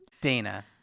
Dana